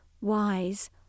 wise